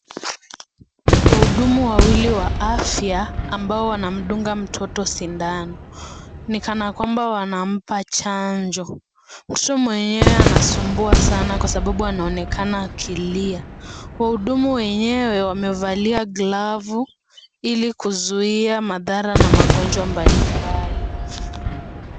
Waudumu wawili wa afya ambao wanamdunga mtoto sindano. Ni kanakomba wanampa chanjo. Mtoto mwenye anasumbua sana kwa sababu anaonekana akilia. Wahudumu wenyewe wamevalia glavu ili kuzuia madhara na magonjwa mbalimbali.